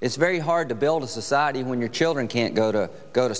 it's very hard to build a society when your children can't go to go to